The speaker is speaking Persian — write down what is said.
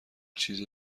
چیز